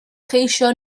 cheisio